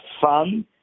fun